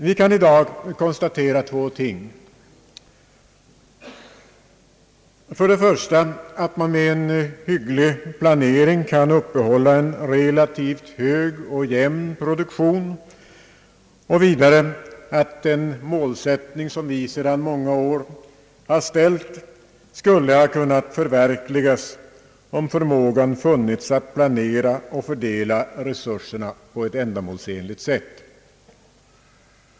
Vi kan i dag konstatera två ting: för det första att man med en hygglig planering kan upprätthålla en relativt hög och jämn produktion och för det andra att den målsättning som vi sedan många år har uppställt skulle ha kunnat förverkligas om förmåga funnits att planera och fördela resurserna på ett ändamålsenligt sätt.